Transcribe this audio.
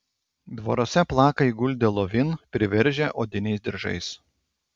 dvaruose plaka įguldę lovin priveržę odiniais diržais